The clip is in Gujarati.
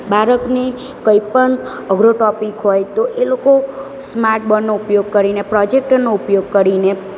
બાળકને કંઈ પણ અઘરો ટોપિક હોય તો એ લોકો સ્માર્ટબોર્ડનો ઉપયોગ કરીને પ્રોજેક્ટરનો ઉપયોગ કરીને